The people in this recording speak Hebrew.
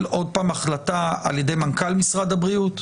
עוד פעם החלטה על ידי מנכ"ל משרד הבריאות,